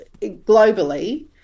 globally